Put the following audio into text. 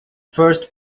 first